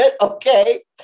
okay